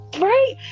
Right